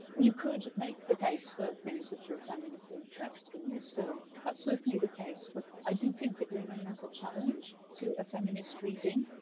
you could make the case for things which are of feminist interest n this film. that's certainly the case. but i do think it remains a challenge to a feminist reading.